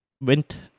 went